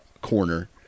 corner